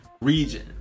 region